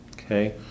okay